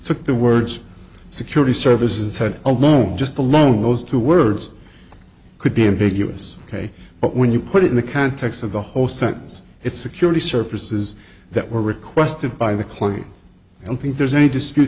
took the words security services said alone just alone those two words could be ambiguous ok but when you put it in the context of the whole sentence it security services that were requested by the client i don't think there's any dispute